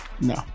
no